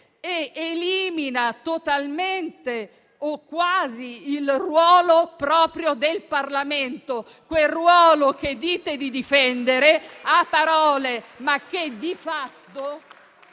elimina totalmente o quasi il ruolo proprio del Parlamento, quel ruolo che dite di difendere a parole, ma che di fatto